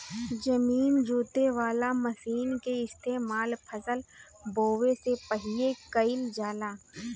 जमीन जोते वाला मशीन के इस्तेमाल फसल बोवे से पहिले कइल जाला